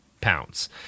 Pounds